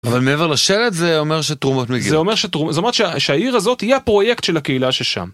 אבל מעבר לשלט זה אומר שתרומות מגיעות. זה אומר שהעיר הזאת היא הפרויקט של הקהילה ששם.